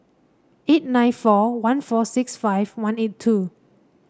eight nine four one four six five one eight two